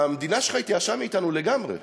המדינה שלך התייאשה מאתנו לגמרי.